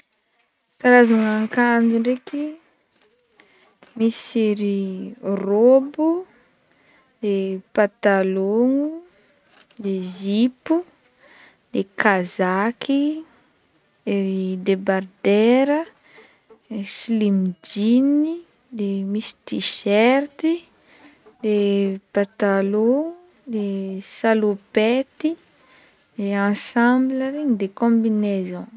Karazagna akanjo ndraiky misy ery robo, et patalon-gno, de zipo de kazaky, et debardaira, slim jean, de misy tishirty, de patalogno de salopety et ensemble regny de combinaison.